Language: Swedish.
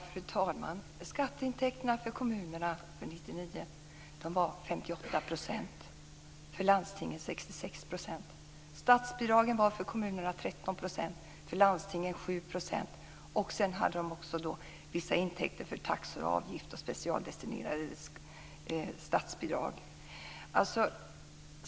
Fru talman! Skatteintäkterna för kommunerna år 1999 var 58 %, för landstingen 66 %. Statsbidragen var för kommunerna 13 %, för landstingen 7 %. Sedan hade de vissa intäkter för taxor, avgifter och specialdestinerade statsbidrag.